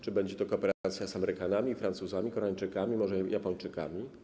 Czy będzie to kooperacja z Amerykanami, Francuzami, Koreańczykami, może Japończykami?